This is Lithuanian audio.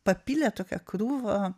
papylė tokią krūvą